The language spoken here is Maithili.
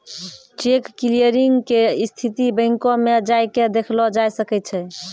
चेक क्लियरिंग के स्थिति बैंको मे जाय के देखलो जाय सकै छै